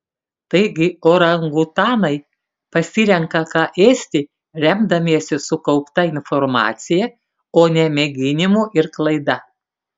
taigi orangutanai pasirenka ką ėsti remdamiesi sukaupta informacija o ne mėginimu ir klaida